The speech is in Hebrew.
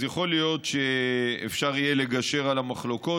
אז יכול להיות שאפשר יהיה לגשר על המחלוקות